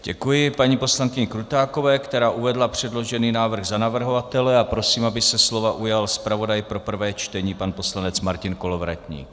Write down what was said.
Děkuji paní poslankyni Krutákové, která uvedla předložený návrh za navrhovatele, a prosím, aby se slova ujal zpravodaj pro prvé čtení pan poslanec Martin Kolovratník.